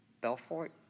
Belfort